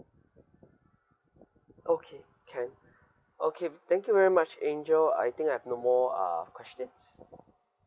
okay can okay f~ thank you very much angel I think I've no more uh questions